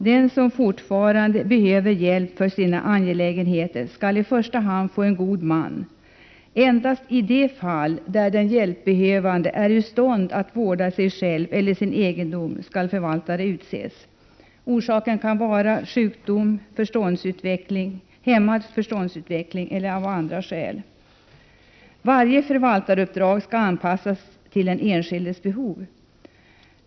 Den som behöver hjälp för sina angelägenheter skall i första hand få en god man. Endast i de fall där den hjälpbehövande är ur stånd att vårda sig själv eller sin egendom skall förvaltare utses. Orsaken kan vara sjukdom, hämmad förståndsutveckling eller andra skäl. Varje förvaltaruppdrag skall anpassas till den enskildes behov.